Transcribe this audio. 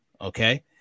Okay